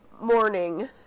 morning